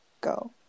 go